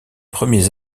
premiers